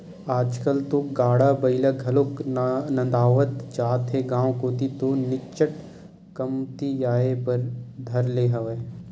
आजकल तो गाड़ा बइला घलोक नंदावत जात हे गांव कोती तो निच्चट कमतियाये बर धर ले हवय